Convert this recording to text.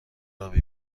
آبی